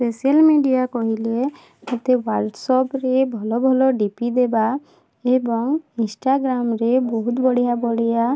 social media କହିଲେ ମୋତେ ହ୍ୱାଟସ୍ଆପ୍ରେ ଭଲ ଭଲ ଡି ପି ଦେବା ଏବଂ ଇନଷ୍ଟାଗ୍ରାମରେ ବହୁତ ବଢ଼ିଆ ବଢ଼ିଆ